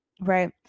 right